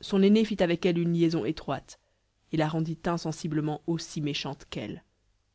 son aînée fit avec elle une liaison étroite et la rendit insensiblement aussi méchante qu'elle